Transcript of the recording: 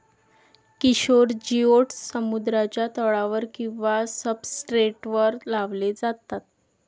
Kishore geoducks समुद्राच्या तळावर किंवा सब्सट्रेटवर लावले जातात